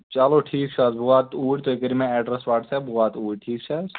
چلو ٹھیٖک چھُ حظ بہٕ واتہٕ اوٗرۍ تُہۍ کٔرِو مےٚ ایٚڈرَس واٹٔس اَپ بہٕ واتہٕ اوٗرۍ ٹھیٖک چھُ حظ